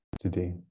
today